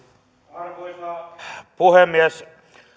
arvoisa puhemies